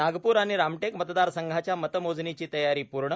नागपूर आणि रामटेक मतदारसंघाच्या मतमोजणीची तयारी पूर्ण